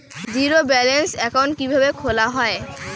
Zero balance account কিভাবে খোলা হয়?